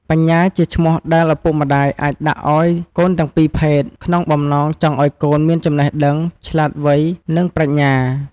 បញ្ញាជាឈ្មោះដែលឪពុកម្តាយអាចដាក់ឲ្យកូនទាំងពីរភេទ ក្នុងបំណងចង់ឲ្យកូនមានចំណេះដឹង ឆ្លាតវៃ និង ប្រាជ្ញា។